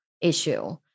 issue